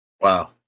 Wow